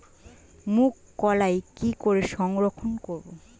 মুঘ কলাই কি করে সংরক্ষণ করব?